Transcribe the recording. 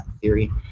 theory